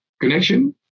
connection